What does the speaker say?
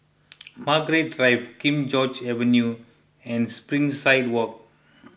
Margaret Drive King George's Avenue and Springside Walk